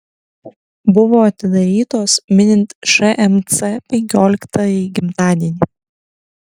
buvo atidarytos minint šmc penkioliktąjį gimtadienį